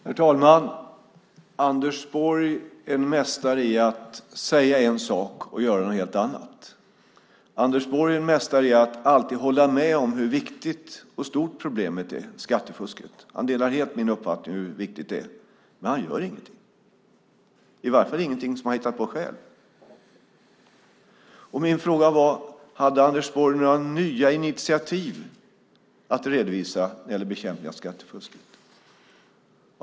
Herr talman! Anders Borg är en mästare i att säga en sak och göra något helt annat. Anders Borg är en mästare i att alltid hålla med om hur viktigt och stort problemet med skattefusket är. Han delar helt min uppfattning om hur viktigt det är. Men han gör ingenting, i varje fall ingenting som han har hittat på själv. Min fråga var: Har Anders Borg några nya initiativ att redovisa när det gäller bekämpning av skattefusket?